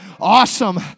Awesome